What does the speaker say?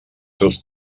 seus